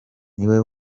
niwe